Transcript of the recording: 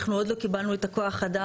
אנחנו עוד לא קיבלנו את הכוח אדם.